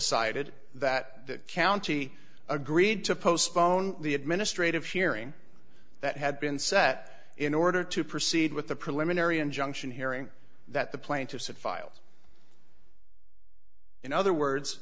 decided that the county agreed to postpone the administrative hearing that had been set in order to proceed with the preliminary injunction hearing that the plaintiffs had filed in other words